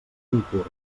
concurs